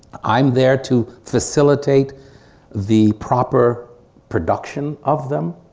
i'm there to facilitate the proper production of them.